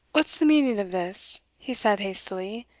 what's the meaning of this? he said hastily,